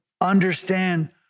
understand